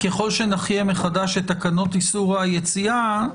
ככל שנחיה מחדש את התקנות איסור היציאה,